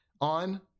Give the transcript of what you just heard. on